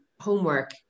homework